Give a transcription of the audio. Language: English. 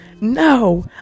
no